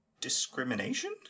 discrimination